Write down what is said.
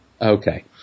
Okay